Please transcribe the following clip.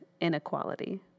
inequality